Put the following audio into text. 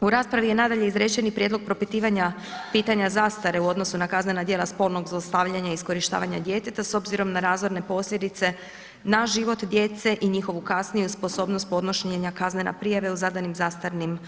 U raspravi je nadalje izrečen i prijedlog propitivanja pitanja zastare u odnosu na kaznena djela spolnog zlostavljanja i iskorištavanje djeteta s obzirom na razorne posljedice na život djece i njihovu kasniju sposobnost podnošenja kaznene prijave u zadanim zastarnim